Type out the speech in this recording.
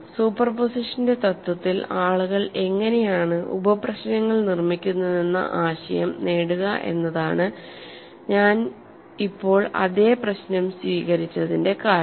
സൂപ്പർപോസിഷന്റെ തത്വത്തിൽ ആളുകൾ എങ്ങനെയാണ് ഉപപ്രശ്നങ്ങൾ നിർമ്മിക്കുന്നതെന്ന ആശയം നേടുക എന്നതാണ് ഞാൻ ഇപ്പോൾ അതേ പ്രശ്നം സ്വീകരിച്ചതിന്റെ കാരണം